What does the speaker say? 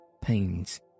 pains